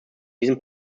diesem